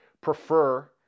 prefer